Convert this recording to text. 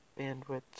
bandwidth